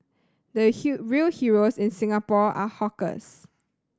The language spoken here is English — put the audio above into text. the heal real heroes in Singapore are hawkers